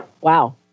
Wow